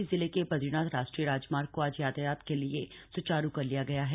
चमोली जिले के बद्रीनाथ राष्ट्रीय राजमार्ग को आज यातायात के लिए सुचारू कर लिया गया है